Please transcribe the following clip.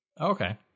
Okay